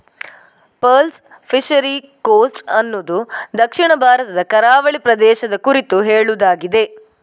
pearl fishery coast ಅನ್ನುದು ದಕ್ಷಿಣ ಭಾರತದ ಕರಾವಳಿ ಪ್ರದೇಶದ ಕುರಿತು ಹೇಳುದಾಗಿದೆ